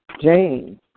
James